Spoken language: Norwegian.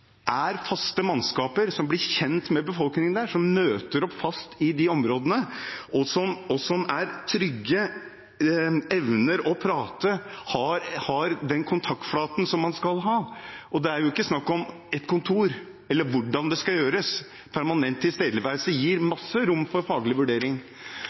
er faste mannskaper, som blir kjent med befolkningen, som møter opp fast i sine områder, og som er trygge, evner å prate og har den kontaktflaten som man skal ha. Det er ikke snakk om et kontor eller hvordan det skal gjøres. Permanent tilstedeværelse gir masse rom for faglig vurdering.